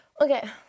okay